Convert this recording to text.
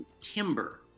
timber